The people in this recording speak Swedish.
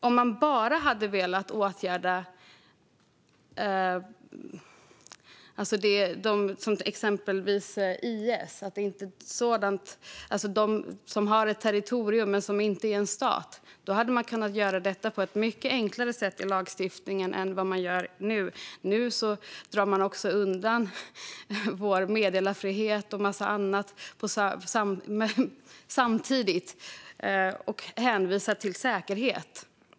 Om man bara hade velat komma åt exempelvis IS och sådana som har ett territorium men inte är en stat hade man kunnat göra det på ett mycket enklare sätt i lagstiftningen än vad man nu gör. Nu drar man också undan vår meddelarfrihet och en massa annat samtidigt och hänvisar till säkerhet.